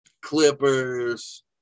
Clippers